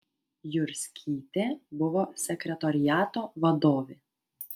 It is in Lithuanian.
jurskytė buvo sekretoriato vadovė